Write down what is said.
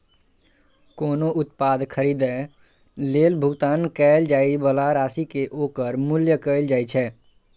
कोनो उत्पाद खरीदै लेल भुगतान कैल जाइ बला राशि कें ओकर मूल्य कहल जाइ छै